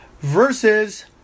versus